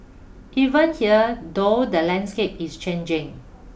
even here though the landscape is changing